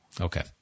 Okay